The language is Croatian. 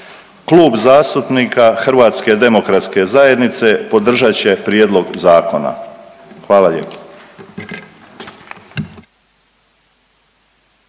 Klub zastupnika Hrvatske demokratske zajednice podržat će Prijedlog zakona. Hvala lijepo.